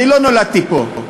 אני לא נולדתי פה,